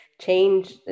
Change